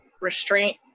restraint